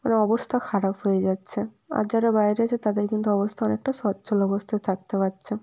মানে অবস্থা খারাপ হয়ে যাচ্ছে আর যারা বাইরে আছে তাদের কিন্তু অবস্থা অনেকটা সচ্ছল অবস্থায় থাকতে পারছে